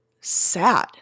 sad